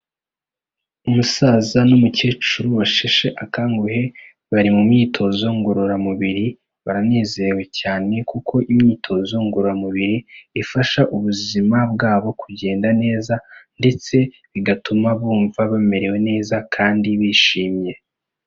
Umusaza n'umukecuru basheshe akanguhe bari mu myitozo ngororamubiri, baranezerewe cyane kuko imyitozo ngororamubiri ifasha ubuzima bwabo kugenda neza ndetse bigatuma bumva bamerewe neza kandi bishimye.